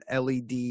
LED